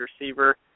receiver